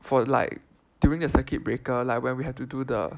for like during the circuit breaker like when we have to do the